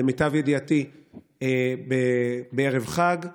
למיטב ידיעתי בערב חג,